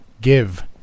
Give